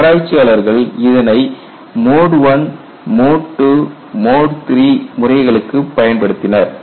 ஆராய்ச்சியாளர்கள் இதனை mode I mode II mode III Mode I Mode II Mode III முறைகளுக்கும் பயன்படுத்தினர்